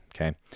Okay